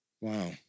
Wow